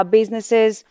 Businesses